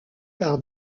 par